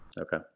okay